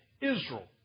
Israel